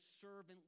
servant